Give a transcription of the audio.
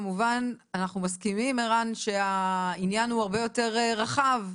כמובן אנחנו מסכימים ערן שהעניין הוא הרבה יותר רחב.